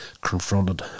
confronted